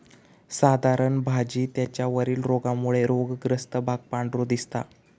साधारण भाजी त्याच्या वरील रोगामुळे रोगग्रस्त भाग पांढरो दिसता